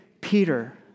Peter